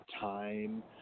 time